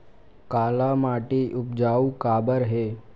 काला माटी उपजाऊ काबर हे?